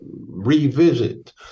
revisit